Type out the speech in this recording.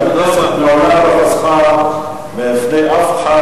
כי הכנסת מעולם לא חסמה בפני אף אחד